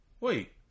Wait